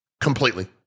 Completely